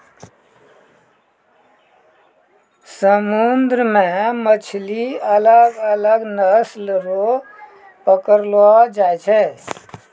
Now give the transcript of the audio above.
समुन्द्र मे मछली अलग अलग नस्ल रो पकड़लो जाय छै